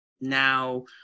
now